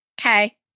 Okay